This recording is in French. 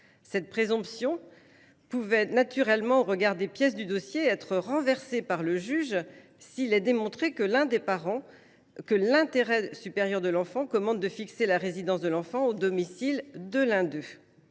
laquelle pouvait naturellement, au regard des pièces du dossier, être renversée par le juge s’il était démontré par l’un des parents que l’intérêt supérieur de l’enfant commandait de fixer la résidence de l’enfant au domicile de l’un d’eux.